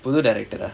புது:puthu director ah